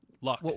Luck